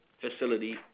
facility